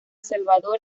salvador